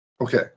Okay